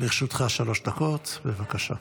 עטאונה, לרשותך שלוש דקות, בבקשה.